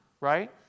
right